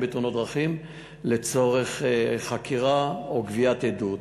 בתאונות דרכים לצורך חקירה או גביית עדות.